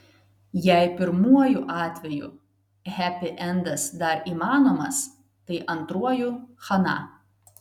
jei pirmuoju atveju hepiendas dar įmanomas tai antruoju chana